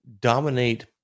dominate